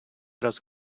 раз